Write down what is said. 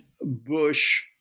Bush